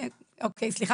לא כולם